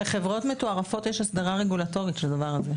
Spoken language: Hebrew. לחברות מתוערפות יש הסדרה רגולטורית לדבר הזה,